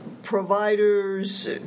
Providers